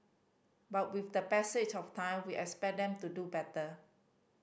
but with the passage of time we expect them to do better